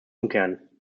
umkehren